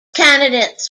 candidates